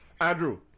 Andrew